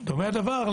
זה נכון?